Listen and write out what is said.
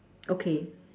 okay